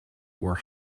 were